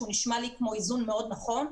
שנשמע לי כמו איזון מאוד נכון,